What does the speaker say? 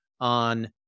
on